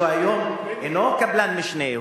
שהוא היום אינו קבלן משנה,